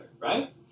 right